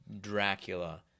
dracula